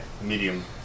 medium